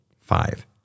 five